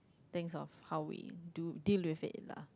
things of how do deal with it lah